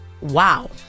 wow